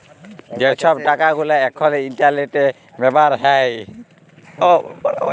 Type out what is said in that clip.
যে ছব টাকা গুলা এখল ইলটারলেটে ব্যাভার হ্যয়